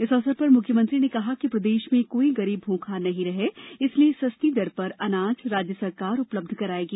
इस अवसर पर मुख्यमंत्री ने कहा कि प्रदेश में कोई गरीब भूखा नहीं रहे इसलिये सस्ती दर पर अनाज राज्य सरकार उपलब्ध कराएगी